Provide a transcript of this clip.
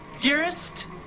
Dearest